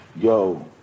yo